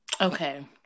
Okay